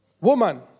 Woman